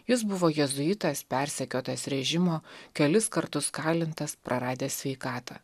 jis buvo jėzuitas persekiotas režimo kelis kartus kalintas praradęs sveikatą